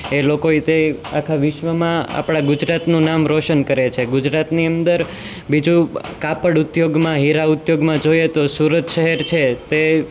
એ લોકોએ તે આખા વિશ્વમાં આપણા ગુજરાતનું નામ રોશન કરે છે ગુજરાતની અંદર બીજું કાપડ ઉદ્યોગમાં હીરા ઉદ્યોગ જોઈએ તો સુરત શહેર છે તે